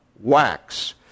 wax